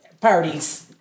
parties